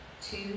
two